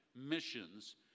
missions